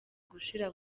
gushira